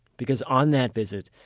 because on that visit,